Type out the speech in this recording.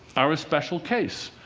are a special case.